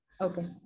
Okay